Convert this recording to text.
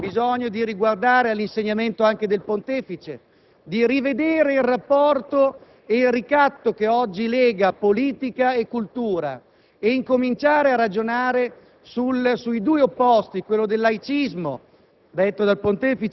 ci sia bisogno di guardare all'insegnamento del Pontefice, di rivedere il rapporto e il ricatto che oggi lega politica e cultura e incominciare a ragionare sui due termini opposti, quello del laicismo,